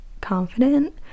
confident